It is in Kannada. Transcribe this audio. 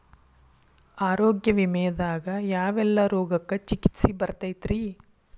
ಆರೋಗ್ಯ ವಿಮೆದಾಗ ಯಾವೆಲ್ಲ ರೋಗಕ್ಕ ಚಿಕಿತ್ಸಿ ಬರ್ತೈತ್ರಿ?